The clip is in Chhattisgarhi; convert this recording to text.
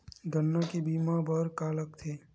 गन्ना के बीमा बर का का लगथे?